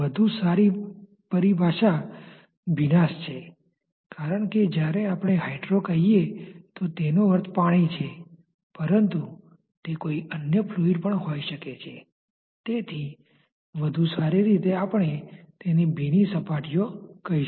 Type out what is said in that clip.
તેથી ચાલો આપણે કહીએ કે પ્લેટની ધાર પર તમને વેગ profile velocity profile velocity profile આપવામાં આવી છે